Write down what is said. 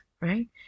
right